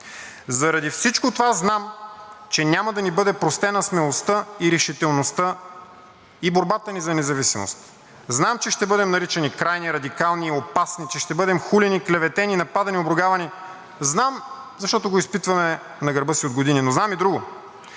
Заради всичко това знам, че няма да ни бъде простена смелостта, решителността и борбата ни за независимост. Знам, че ще бъдем наричани крайни, радикални и опасни, че ще бъдем хулени, клеветени, нападани, обругавани. Знам, защото го изпитваме на гърба си от години. Но знам и друго,